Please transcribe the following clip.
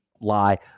lie